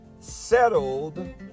settled